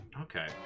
Okay